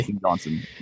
johnson